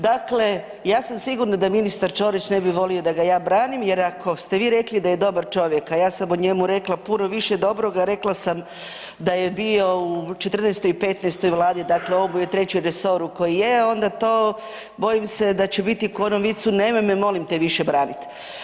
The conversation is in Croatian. Dakle, ja sam sigurna da ministar Ćorić ne bi volio da ga ja branim jer ako ste vi rekli da je dobar čovjek, a ja sam o njemu rekla puno više dobroga, rekla sam da je bio u 14. i 15. vladi, dakle ovo mu je 3. resor u koji je, onda to bojim se da će biti ko u onom vicu „nemoj me molim te više branit“